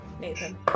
Nathan